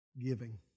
Giving